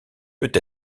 peut